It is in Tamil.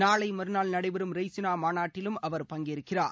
நாளை மறுநாள் நடைபெறும் ரெய்சினா மாநாட்டிலும் அவர் பங்கேற்கிறார்